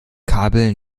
kabel